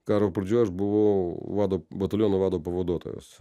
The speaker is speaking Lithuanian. karo pradžioj aš buvau vado bataliono vado pavaduotojas